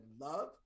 love